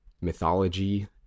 mythology